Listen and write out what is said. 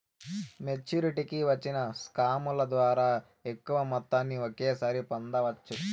మెచ్చురిటీకి వచ్చిన స్కాముల ద్వారా ఎక్కువ మొత్తాన్ని ఒకేసారి పొందవచ్చు